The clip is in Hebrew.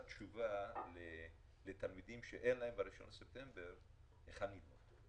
תשובה לתלמידים שאין להם ב-1 בספטמבר היכן ללמוד.